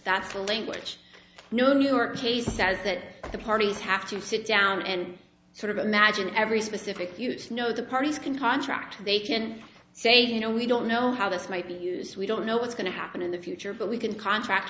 that's the language no new york case says that the parties have to sit down and sort of imagine every specific use no the parties can contract they can say you know we don't know how this might be used we don't know what's going to happen in the future but we can contract